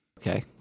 Okay